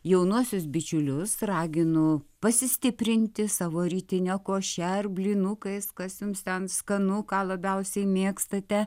jaunuosius bičiulius raginu pasistiprinti savo rytine koše ar blynukais kas jums ten skanu ką labiausiai mėgstate